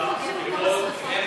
לראש הממשלה זה לא,